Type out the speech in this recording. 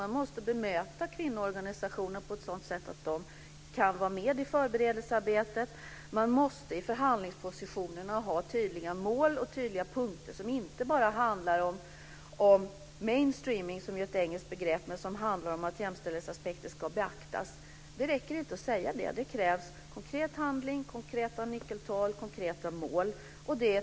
Man måste bemöta kvinnoorganisationer på ett sådant sätt att de kan vara med i förberedelsearbetet. Man måste i förhandlingspositionerna ha tydliga mål och tydliga punkter som inte bara handlar om mainstreaming, som ju är ett engelskt begrepp som handlar om att jämställdhetsaspekter ska beaktas. Det räcker inte att säga det. Det krävs konkret handling, konkreta nyckeltal, konkreta mål.